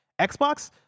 Xbox